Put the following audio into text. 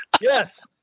Yes